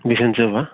बिसन्चो भयो